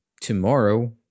tomorrow